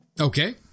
Okay